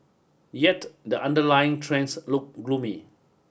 yet the underlying trends look gloomy